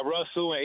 Russell